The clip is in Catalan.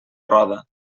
roda